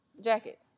jacket